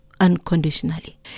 unconditionally